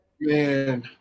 Man